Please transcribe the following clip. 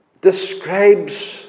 describes